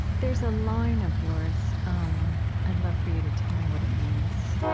there's a line of yours um i'd love for you to tell me what it means.